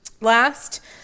last